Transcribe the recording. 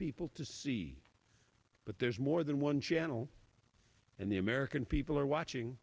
people to see but there's more than one channel and the american people are watching